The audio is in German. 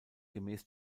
gemäß